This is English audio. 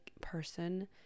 person